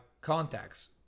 Contacts